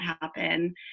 happen